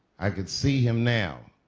i could see him now.